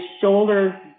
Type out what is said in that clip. shoulder